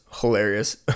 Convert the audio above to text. hilarious